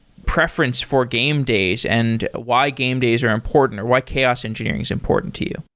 preference for game days and why game days are important, or why chaos engineering is important to you.